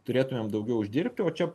turėtumėm daugiau uždirbti o čia